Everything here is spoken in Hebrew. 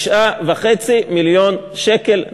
9.5 מיליון שקלים.